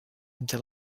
into